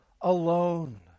alone